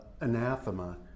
Anathema